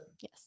Yes